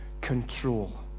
control